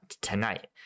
tonight